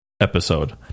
episode